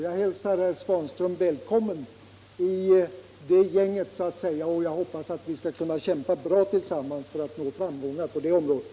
Jag hälsar herr Svanström välkommen i det sällskapet, och jag hoppas att vi skall kunna kämpa bra tillsammans för att nå framgångar på det området.